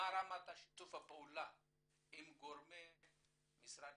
מה רמת שיתוף הפעולה עם גורמי משרד